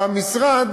המשרד,